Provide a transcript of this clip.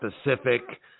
specific